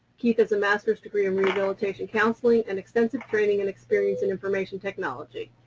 keith has a masters degree in rehabilitation counseling and extensive training and experience in information technology,